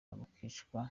bakicwa